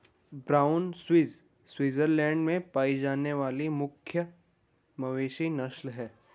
brown Swiss Switzerland में पाई जाने वाली मुख्य मवेशी नस्ल है